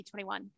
2021